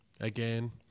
again